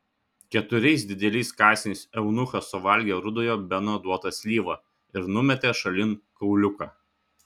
keturiais dideliais kąsniais eunuchas suvalgė rudojo beno duotą slyvą ir numetė šalin kauliuką